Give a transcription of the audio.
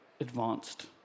advanced